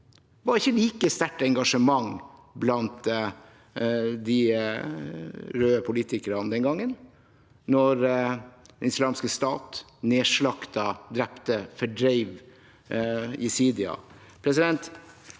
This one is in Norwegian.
det ikke like sterkt engasjement blant de røde politikerne – den gangen Den islamske staten nedslaktet, drepte og fordrev jesidier.